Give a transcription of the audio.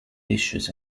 issues